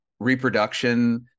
Reproduction